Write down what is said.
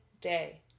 day